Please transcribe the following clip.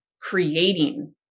creating